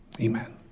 Amen